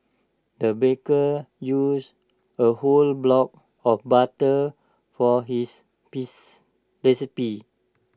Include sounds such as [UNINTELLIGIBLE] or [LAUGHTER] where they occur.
the baker used A whole block of butter for his [UNINTELLIGIBLE] recipy